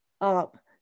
up